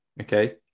Okay